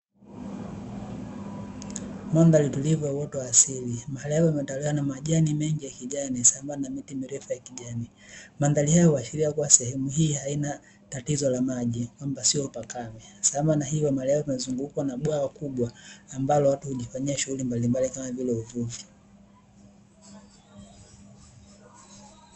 Mandhari tulivu ya uoto wa asili, mahala hapa pametawaliwa na majani mengi ya kijani sambamba na miti mirefu ya kijani. Mandhari haya huashiria kuwa sehemu hii haina tatizo la maji kwamba sio pakame. Sambamba na hivo mahali hapa pamezungukwa na bwawa kubwa ambalo watu hujifanyia shughuli mbalimbali kama vile uvuvi.